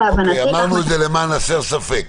אמרנו את זה למען הסר ספק.